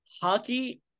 hockey